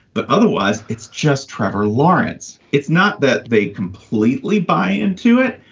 but otherwise it's just trevor lawrence it's not that they completely buy into it,